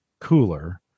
cooler